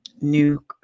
new